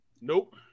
Nope